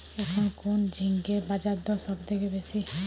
এখন কোন ঝিঙ্গের বাজারদর সবথেকে বেশি?